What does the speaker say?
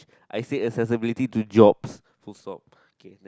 I say accessibility to jobs full stop K